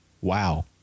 Wow